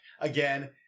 again